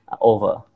over